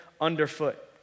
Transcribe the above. underfoot